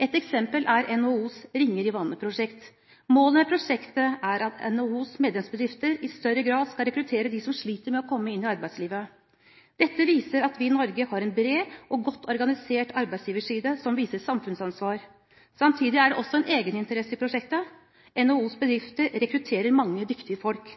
Ett eksempel er NHOs «Ringer i vannet»-prosjekt. Målet med prosjektet er at NHOs medlemsbedrifter i større grad skal rekruttere dem som sliter med å komme inn i arbeidslivet. Dette viser at vi i Norge har en bred og godt organisert arbeidsgiverside som viser samfunnsansvar. Samtidig er det også en egeninteresse i prosjektet; NHOs bedrifter rekrutterer mange dyktige folk.